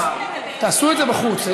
מרב, תעשו את זה בחוץ.